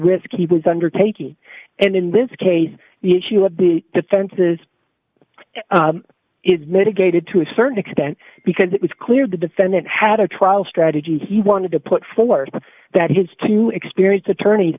he was undertaking and in this case the issue of the defense's is mitigated to a certain extent because it was clear the defendant had a trial strategy he wanted to put forth that his two experienced attorney